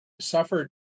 suffered